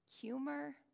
humor